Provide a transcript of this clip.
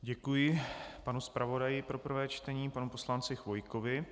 Děkuji panu zpravodaji pro prvé čtení panu poslanci Chvojkovi.